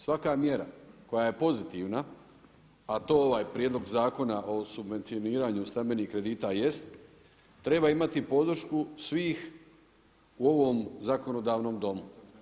Svaka mjera koja je pozitivna, a to ovaj Prijedlog zakona o subvencioniranju stambenih kredita jest, treba imati podršku svih u ovom zakonodavnom domu.